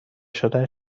شدن